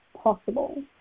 possible